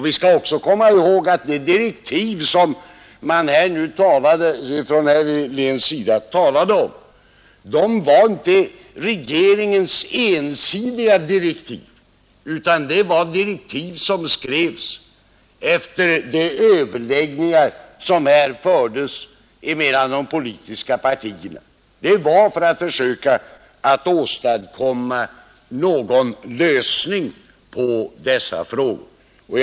Vi bör också komma ihåg att de direktiv som herr Helén talade om inte var ensidiga direktiv från regeringen, utan det var direktiv som skrevs efter överläggningar mellan de politiska partierna i ett försök att åstadkomma någon lösni g av dessa frågor.